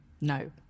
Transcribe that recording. no